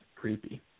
creepy